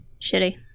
shitty